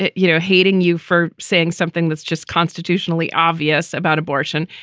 ah you know, hating you for saying something that's just constitutionally obvious about abortion.